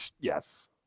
Yes